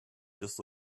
just